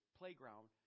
playground